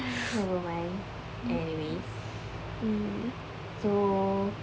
!hais! never mind anyways mm so